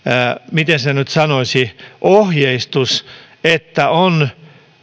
miten sen nyt sanoisi ohjeistus että on